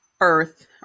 earth